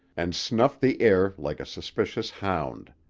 and snuffed the air like a suspicious hound.